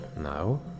now